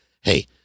hey